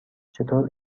چطور